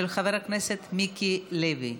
של חבר הכנסת מיקי לוי.